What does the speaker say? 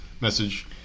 message